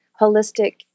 holistic